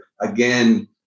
again